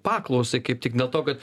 paklausai kaip tik dėl to kad